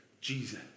Jesus